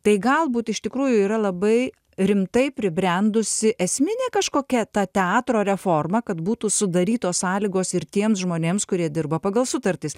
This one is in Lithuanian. tai galbūt iš tikrųjų yra labai rimtai pribrendusi esminė kažkokia ta teatro reforma kad būtų sudarytos sąlygos ir tiems žmonėms kurie dirba pagal sutartis